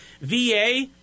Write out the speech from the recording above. VA